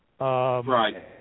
Right